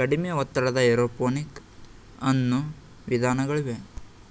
ಕಡಿಮೆ ಒತ್ತಡದ ಏರೋಪೋನಿಕ್ ಅನ್ನೂ ವಿಧಾನಗಳಿವೆ